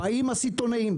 באים הסיטונאים,